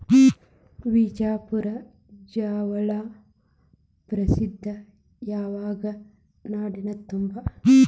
ಬಿಜಾಪುರ ಜ್ವಾಳಾ ಪ್ರಸಿದ್ಧ ಆಗ್ಯಾವ ನಾಡಿನ ತುಂಬಾ